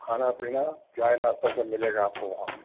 खाना पीना चाय नाश्ता सब मिलेगा आपको वहाँ पर